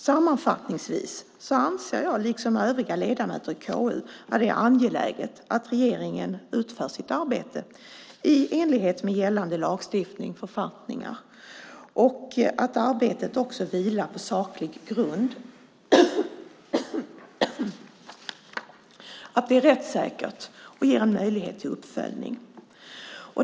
Sammanfattningsvis, herr talman, anser jag liksom övriga ledamöter i KU att det är angeläget att regeringen utför sitt arbete i enlighet med gällande lagstiftning och författningar, att arbetet vilar på saklig grund, att det är rättssäkert och att det ger möjlighet till uppföljning.